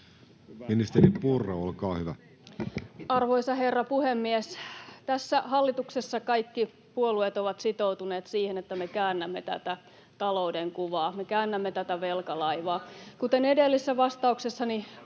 Time: 16:35 Content: Arvoisa herra puhemies! Tässä hallituksessa kaikki puolueet ovat sitoutuneet siihen, että me käännämme tätä talouden kuvaa, me käännämme tätä velkalaivaa. Kuten edellisessä vastauksessani